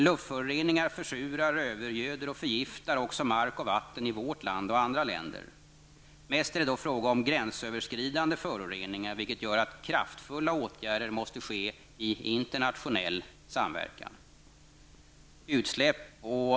Luftföroreningar försurar, övergöder och förgiftar också mark och vatten i vårt land och andra länder. Mest är det då fråga om gränsöverskridande föroreningar vilket gör att kraftfulla åtgärder måste ske i internationell samverkan som dessa förosakar.